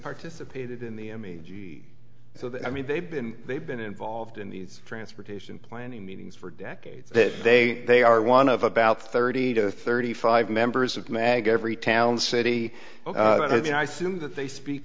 participate in the so that i mean they've been they've been involved in these transportation planning meetings for decades that they they are one of about thirty to thirty five members of mag every town city you know i think that they speak